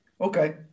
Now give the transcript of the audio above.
okay